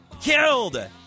Killed